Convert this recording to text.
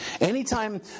Anytime